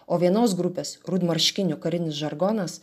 o vienos grupės rudmarškinių karinis žargonas